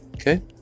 Okay